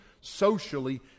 socially